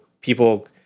people